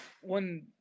one